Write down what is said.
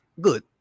good